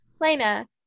Lena